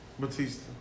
Batista